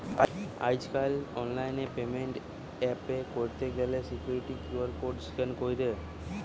আজকাল online payment এ pay কইরতে গ্যালে সিকুইরিটি কিউ.আর কোড স্ক্যান কইরে